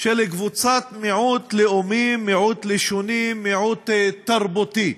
של קבוצת מיעוט לאומי, מיעוט לשוני, מיעוט תרבותי.